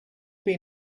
been